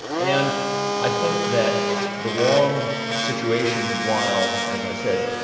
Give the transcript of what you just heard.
and i think that the hwang situation while, as i said,